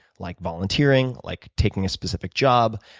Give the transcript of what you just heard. like volunteering, like taking a specific job,